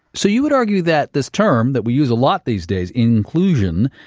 so you would argue that this term that we use a lot these days, inclusion,